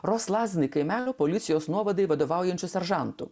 roslazni kaimelio policijos nuovadai vadovaujančiu seržantu